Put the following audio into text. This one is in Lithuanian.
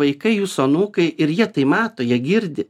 vaikai jūsų anūkai ir jie tai mato jie girdi